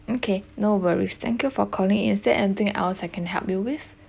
okay no worries thank you for calling is there anything else I can help you with